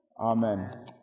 Amen